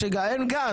אין גז.